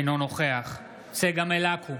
אינו נוכח צגה מלקו,